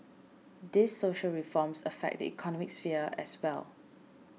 these social reforms affect the economic sphere as well